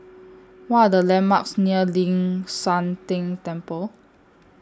What Are The landmarks near Ling San Teng Temple